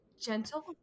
gentle